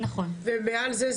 ומעל זה,